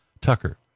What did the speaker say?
Tucker